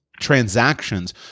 transactions